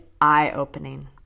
eye-opening